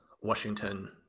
washington